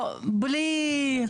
בבקשה,